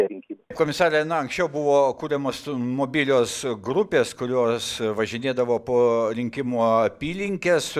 komisare na anksčiau buvo kuriamos mobilios grupės kurios važinėdavo po rinkimų apylinkes